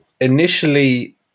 initially